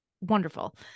wonderful